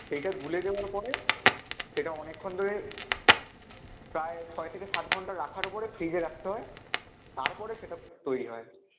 সেইটা গুলে দেওয়ার পরে সেটা অনেকক্ষণ ধরে প্রায় ছয় থেকে সাত ঘন্টা রাখার পরে ফ্রিজে রাখতে হয় তারপরে সেটা তৈরি হয়